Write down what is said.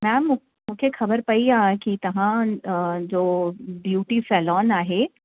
ma'am मु मूंखे ख़बर पयी आहे की तव्हां जो ब्यूटी सैलोन आहे